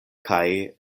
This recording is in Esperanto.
kaj